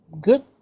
good